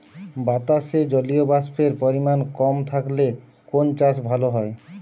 বাতাসে জলীয়বাষ্পের পরিমাণ কম থাকলে কোন চাষ ভালো হয়?